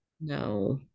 No